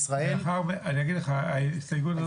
אם הבנתי נכון את ההסתייגות,